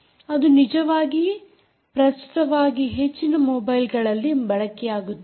ಅದು ನಿಜವಾಗಿ ಪ್ರಸ್ತುತವಾಗಿ ಹೆಚ್ಚಿನ ಮೊಬೈಲ್ಗಳಲ್ಲಿ ಬಳಕೆಯಾಗುತ್ತಿದೆ